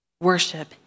Worship